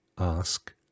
Ask